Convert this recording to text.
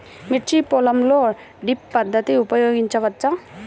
మిర్చి పొలంలో డ్రిప్ పద్ధతిని ఉపయోగించవచ్చా?